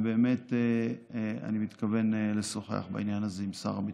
אני באמת מתכוון לשוחח בעניין הזה עם שר הביטחון.